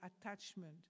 attachment